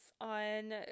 on